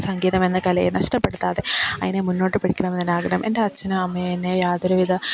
സംഗീതമെന്ന കലയെ നഷ്ടപ്പെടുത്താതെ അതിനെ മുന്നോട്ട് പിടിക്കണമെന്ന എൻ്റെ ആഗ്രഹം എൻ്റെ അച്ഛനും അമ്മയും എന്നെ യാതൊരുവിധ